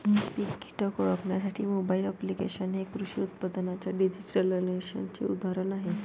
पीक कीटक ओळखण्यासाठी mobile applications हे कृषी उत्पादनांच्या डिजिटलायझेशनचे उदाहरण आहे